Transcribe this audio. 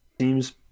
Seems